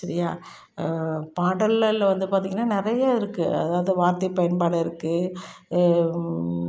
சரியா பாடல்ல வந்து பார்த்திங்கன்னா நிறைய இருக்குது அதாவது வார்த்தை பயன்பாடு இருக்குது